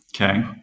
Okay